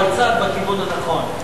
אבל צעד בכיוון הנכון.